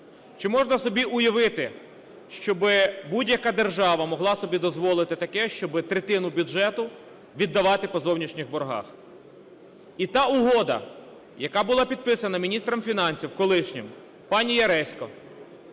Чи можна собі уявити, щоби будь-яка держава могла собі дозволити таке, щоби третину бюджету віддавати по зовнішніх боргах? І та угода, яка була підписана міністром фінансів колишнім пані Яресько,